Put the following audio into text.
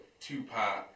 Tupac